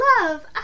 love